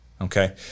Okay